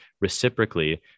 reciprocally